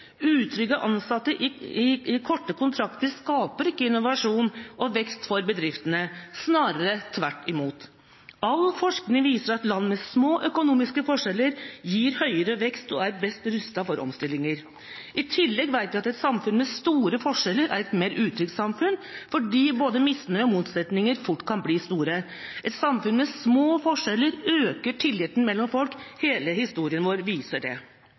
Utrygge ansatte i korte kontrakter skaper ikke innovasjon og vekst for bedriftene, snarere tvert imot. All forskning viser at land med små økonomiske forskjeller gir høyere vekst og er best rustet for omstillinger. I tillegg vet vi at et samfunn med store forskjeller er et mer utrygt samfunn fordi både misnøye og motsetninger fort kan bli store. Et samfunn med små forskjeller øker tilliten mellom folk – hele historien vår viser det.